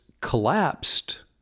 collapsed